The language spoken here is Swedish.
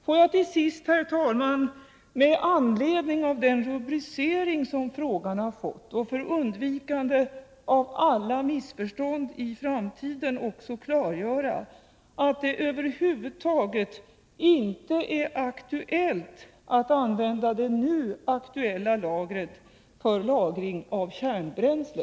Får jag till sist, herr talman, med anledning av den rubricering som frågan har fått och för undvikande av alla missförstånd i framtiden också klargöra att det över huvud taget inte är aktuellt att använda det nu ifrågavarande lagret för lagring av kärnbränsle.